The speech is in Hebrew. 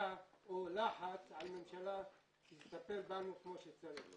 החלטה או לחץ על הממשלה שתטפל בנו כמו שצריך.